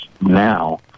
now